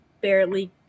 barely